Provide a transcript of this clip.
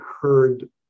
heard